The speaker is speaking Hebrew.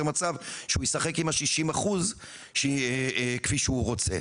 מצב שהוא ישחק עם ה 60% כפי שהוא רוצה,